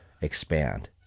expand